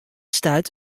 stuit